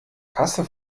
kasse